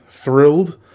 Thrilled